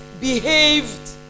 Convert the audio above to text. behaved